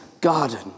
garden